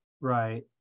Right